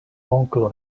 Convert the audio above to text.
onklo